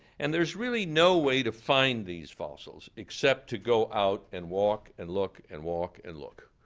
and there's really no way to find these fossils except to go out, and walk, and look, and walk, and look.